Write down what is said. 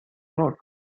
road